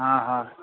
हा हा